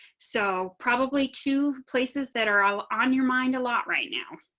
so probably two places that are on your mind a lot right now.